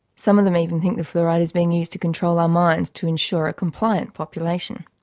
some of them even think the fluoride is being used to control our minds, to ensure a compliant population.